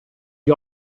gli